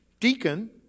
Deacon